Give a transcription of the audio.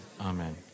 Amen